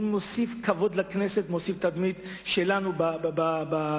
הוא מוסיף כבוד לכנסת ומוסיף לתדמית שלו בציבור.